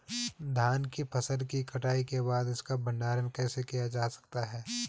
धान की फसल की कटाई के बाद इसका भंडारण कैसे किया जा सकता है?